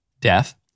death